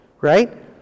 Right